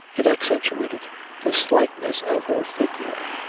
it accentuated the slightness of her figure,